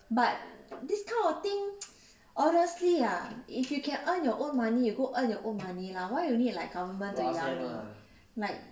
but this kind of thing honestly ah if you can earn your own money you go earn your own money lah why you need like government to rely on ah right